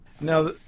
Now